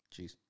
Jeez